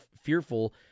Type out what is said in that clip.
fearful